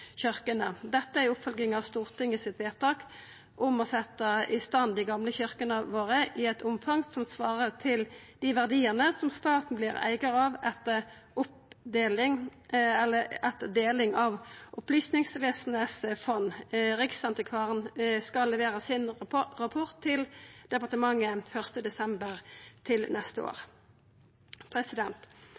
Dette er ei oppfølging av Stortingets vedtak om å setja i stand dei gamle kyrkjene våre i eit omfang som svarar til dei verdiane som staten vert eigar av etter deling av Opplysingsvesenets fond. Riksantikvaren skal levera sin rapport til departementet den 1. desember neste år.